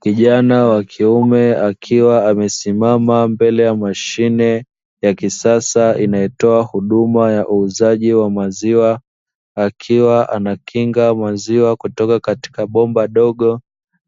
Kijana wa kiume akiwa amesimama mbele ya mashine ya kisasa inayotoa huduma ya uuzaji wa maziwa, akiwa anakinga maziwa kutoka katika bomba dogo